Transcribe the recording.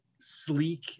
sleek